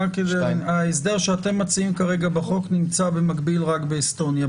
ההסדר שאתם מציעים כרגע בחוק נמצא במקביל רק באסטוניה,